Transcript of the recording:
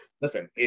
Listen